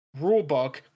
rulebook